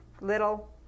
little